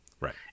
Right